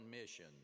Mission